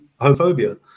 homophobia